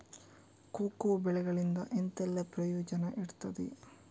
Cocoa ಬೆಳೆಗಳಿಂದ ಎಂತೆಲ್ಲ ಪ್ರಯೋಜನ ಇರ್ತದೆ?